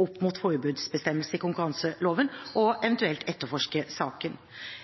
opp mot forbudsbestemmelsene i konkurranseloven og eventuelt etterforske saken.